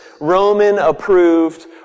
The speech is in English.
Roman-approved